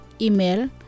Email